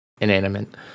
inanimate